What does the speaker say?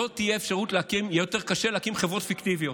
יהיה יותר קשה להקים חברות פיקטיביות.